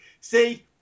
See